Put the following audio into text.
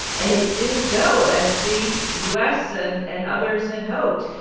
and it didn't go as the u s. and and others had hoped.